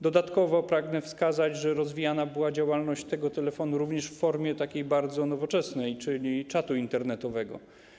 Dodatkowo pragnę wskazać, że rozwijana była działalność tego telefonu również w formie bardzo nowoczesnej, czyli czatu internetowego.